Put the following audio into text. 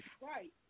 Right